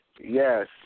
Yes